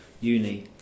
Uni